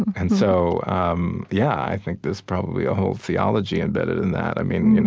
and so, um yeah. i think there's probably a whole theology embedded in that. i mean, you know